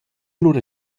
lura